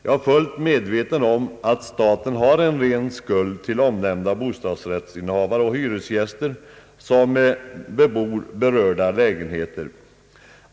Jag är fullt medveten om att staten har en ren skuld till omnämnda bostadsrättsinnehavare och hyresgäster, som bebor berörda lägenheter.